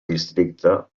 districte